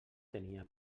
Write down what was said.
tenia